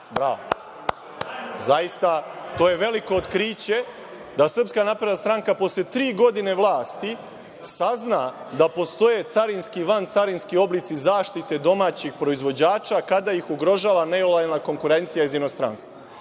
Bravo! Zaista, to je veliko otkriće da SNS posle tri godine vlasti sazna da postoje carinski i vancarinski oblici zaštite domaćih proizvođača kada ih ugrožava nelojalna konkurencija iz inostranstva.